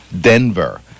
Denver